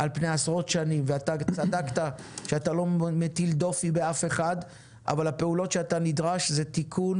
אתה לא מטיל דופי באף אחד אבל אתה צריך לתקן